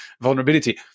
vulnerability